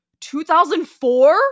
2004